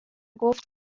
گفت